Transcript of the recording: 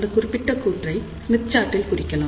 இந்த குரிப்பிட்ட கூற்றை ஸ்மித் சார்ட்டில் குறிக்கலாம்